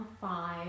five